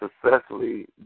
successfully